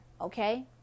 okay